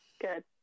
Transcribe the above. good